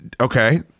okay